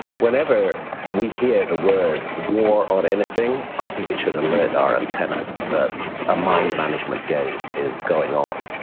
whenever we hear the word war on anything, i think it should alert our antenna that a mind-management game is going on.